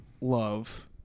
love